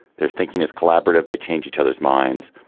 their thinking is collaborative they change each other's minds.